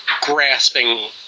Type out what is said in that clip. grasping